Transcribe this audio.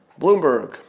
Bloomberg